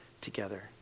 together